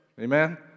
Amen